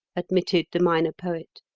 admitted the minor poet.